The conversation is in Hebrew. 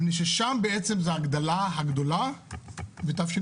מפני ששם בעצם זה ההגדלה הגדולה בתשפ"א,